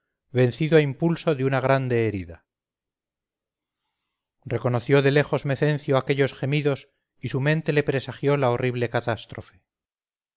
vencido a impulso de una grande herida reconoció de lejos mecencio aquellos gemidos y su mente le presagió la horrible catástrofe